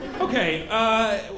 Okay